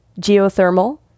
geothermal